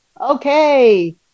okay